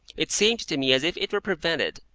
it seemed to me as if it were prevented,